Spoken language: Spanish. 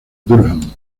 durham